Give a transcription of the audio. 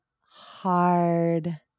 hard